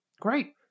Great